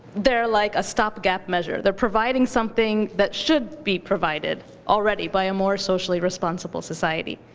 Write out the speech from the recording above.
they're like a stopgap measure. they're providing something that should be provided already by a more socially responsible society.